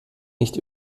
nicht